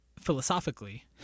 philosophically